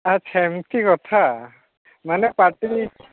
ଆଚ୍ଛା ଏମିତି କଥା ମାନେ ପାର୍ଟି